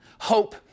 Hope